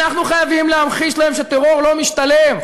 אנחנו חייבים להמחיש להם שטרור לא משתלם.